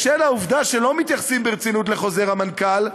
בשל העובדה שלא מתייחסים ברצינות לחוזר המנכ"ל,